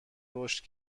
رشد